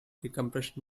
decompression